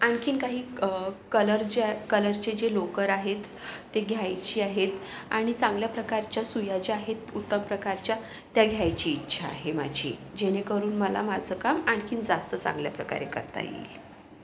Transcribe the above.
आणखीन काही कलर जे कलरच्या ज्या लोकरी आहेत त्या घ्यायच्या आहेत आणि चांगल्या प्रकारच्या सुया ज्या आहेत उत्तम प्रकारच्या त्या घ्यायची इच्छा आहे माझी जेणेकरून मला माझं काम आणखीन जास्त चांगल्या प्रकारे करता येईल